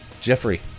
Jeffrey